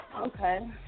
Okay